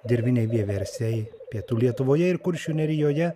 dirviniai vieversiai pietų lietuvoje ir kuršių nerijoje